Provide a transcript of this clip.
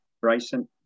Bryson